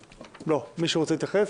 מישהו רוצה להתייחס?